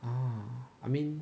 ah I mean